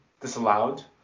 disallowed